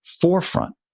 forefront